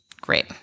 great